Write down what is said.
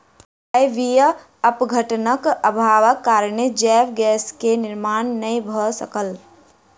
अवायवीय अपघटनक अभावक कारणेँ जैव गैस के निर्माण नै भअ सकल